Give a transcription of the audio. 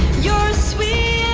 your sweet